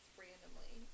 randomly